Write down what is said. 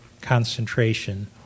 concentration